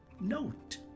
Note